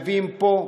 מביאים פה,